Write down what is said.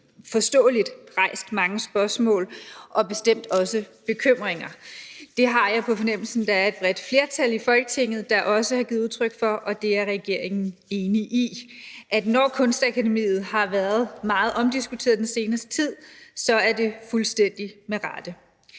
forståeligt har rejst mange spørgsmål og bestemt også bekymringer. Det har jeg på fornemmelsen der er et bredt flertal i Folketinget der også har givet udtryk for, og det er regeringen enig i. Når Kunstakademiet har været meget omdiskuteret den seneste tid, er det fuldstændig med rette.